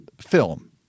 film